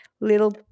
little